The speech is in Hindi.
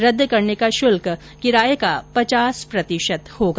रद्द करने का शुल्क किराए का पचास प्रतिशत होगा